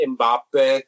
Mbappe